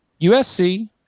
USC